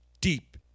deep